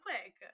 quick